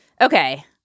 Okay